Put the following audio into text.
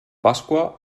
pasqua